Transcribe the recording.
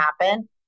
happen